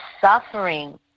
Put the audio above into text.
suffering